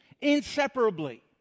Inseparably